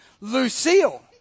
Lucille